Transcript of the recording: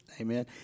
Amen